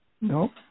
no